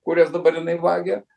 kurias dabar jinai vagia